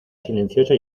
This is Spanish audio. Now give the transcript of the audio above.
silenciosa